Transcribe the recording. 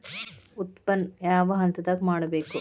ಉತ್ಪನ್ನ ಯಾವ ಹಂತದಾಗ ಮಾಡ್ಬೇಕ್?